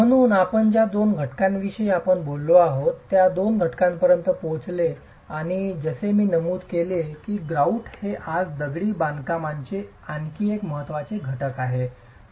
म्हणून आपण ज्या दोन घटकांविषयी आपण बोललो आहोत त्या दोन घटकांपर्यंत पोहोचले आणि जसे मी आधी नमूद केले होते की ग्रॉउट हे आज दगडी बांधकामांचे आणखी एक महत्त्वाचे घटक आहे